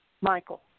Michael